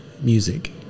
music